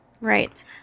Right